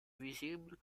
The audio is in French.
visible